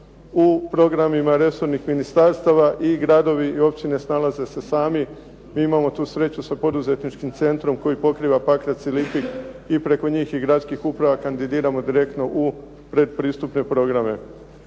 u programima resornih ministarstava i gradovi i općine snalaze se sami. Mi imamo tu sreću sa poduzetničkim centrom koji pokriva Pakrac i Lipik i preko njih i gradskih uprava kandidiramo direktno u pretpristupne programe.